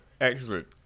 excellent